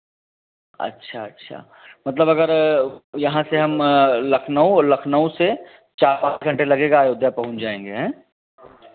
अच्छा अच्छा मतलब अगर यहाँ से हम लखनऊ और लखनऊ से चार पाँच घंटे लगेगा अयोध्या पहुँच जाएंगे आँय